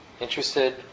Interested